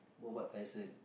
Mohammad Tyson